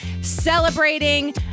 celebrating